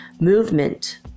movement